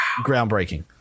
groundbreaking